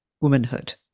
womanhood